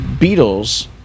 Beatles